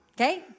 okay